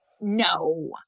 No